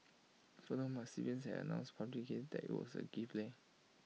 furthermore my siblings had announced publicly that IT was A gift leh